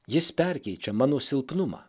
jis perkeičia mano silpnumą